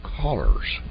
callers